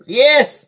yes